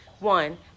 one